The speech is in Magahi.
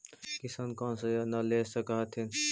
किसान कोन सा योजना ले स कथीन?